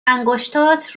انگشتات